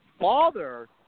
father